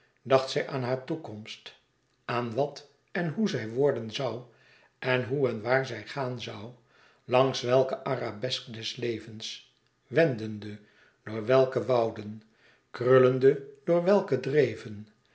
dacht zij aan haar toekomst aan wat en hoe zij worden zoû en hoe en waar zij gaan zoû langs welke arabesk des levens wendende door welke wouden krullende door welke dreven